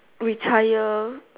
retire